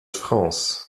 france